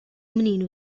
menino